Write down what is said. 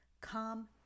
Calm